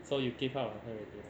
so you gave up on her already ah